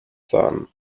son